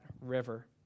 river